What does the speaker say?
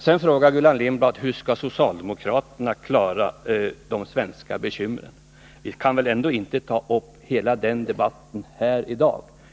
Sedan frågar Gullan Lindblad: Hur skall socialdemokraterna klara de svenska bekymren? Vi kan väl ändå inte ta upp hela den debatten här i dag.